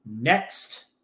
next